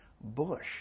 bush